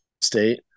state